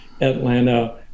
Atlanta